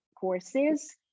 courses